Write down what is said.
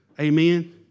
Amen